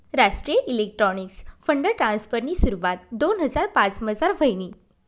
राष्ट्रीय electronics fund ट्रान्स्फरनी सुरवात दोन हजार पाचमझार व्हयनी